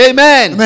Amen